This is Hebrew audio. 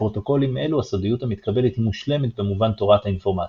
בפרוטוקולים אלו הסודיות המתקבלת היא "מושלמת" במובן תורת האינפורמציה.